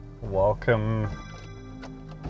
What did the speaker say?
welcome